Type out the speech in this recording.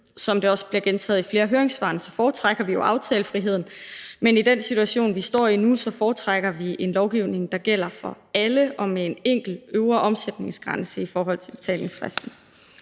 Som det også bliver gentaget i flere af høringssvarene, foretrækker vi jo aftalefriheden, men i den situation, vi står i nu, foretrækker vi en lovgivning, der gælder for alle og med en enkelt øvre omsætningsgrænse i forhold til betalingsfristen.